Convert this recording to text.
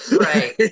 Right